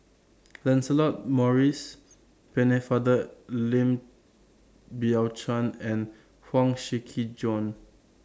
Lancelot Maurice Pennefather Lim Biow Chuan and Huang Shiqi Joan